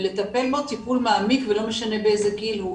ולטפל בו טיפול מעמיק ולא משנה באיזה גיל הוא,